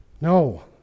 No